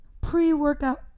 pre-workout